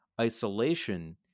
isolation